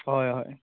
হয় হয়